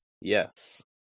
yes